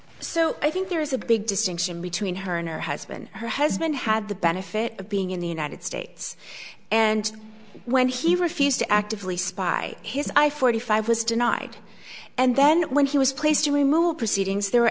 so i think there is a big distinction between her and her husband her husband had the benefit of being in the united states and when he refused to actively spy his i forty five was denied and then when he was placed to remove all proceedings there